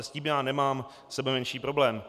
S tím já nemám sebemenší problém.